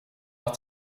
haar